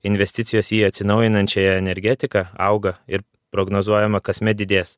investicijos į atsinaujinančiąją energetiką auga ir prognozuojama kasmet didės